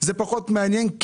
זה פחות מעניין.